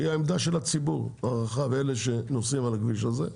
זוהי העמדה של הציבור הרחב; של אלה שנוסעים על הכביש הזה.